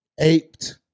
aped